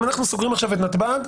אם אנחנו סוגרים עכשיו את נתב"ג,